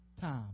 time